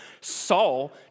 Saul